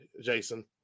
Jason